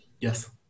Yes